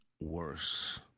worse